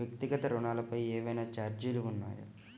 వ్యక్తిగత ఋణాలపై ఏవైనా ఛార్జీలు ఉన్నాయా?